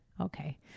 okay